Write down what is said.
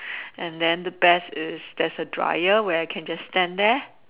and then the best is there's a dryer where I can just stand there